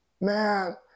Man